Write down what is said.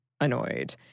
annoyed